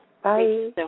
Bye